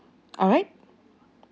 alright